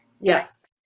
Yes